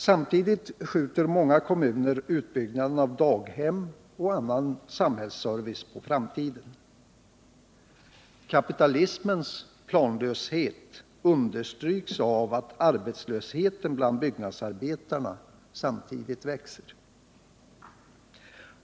Samtidigt skjuter många kommuner utbyggnaden av daghem och annan samhällsservice på framtiden. Kapitalismens planlöshet understryks av att arbetslösheten bland byggnadsarbetarna samtidigt växer.